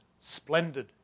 splendid